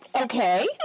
okay